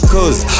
Cause